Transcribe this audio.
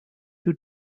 who